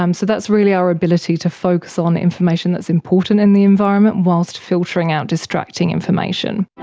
um so that's really our ability to focus on information that's important in the environment whilst filtering out distracting information.